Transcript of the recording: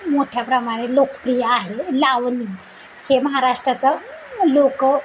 मोठ्या प्रमाणे लोकप्रिय आहे लावणी हे महाराष्ट्राचं लोक